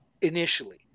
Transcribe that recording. initially